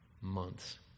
months